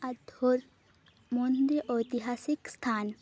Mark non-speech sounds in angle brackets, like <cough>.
আর <unintelligible> মন্দির ঐতিহাসিক স্থান